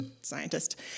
scientist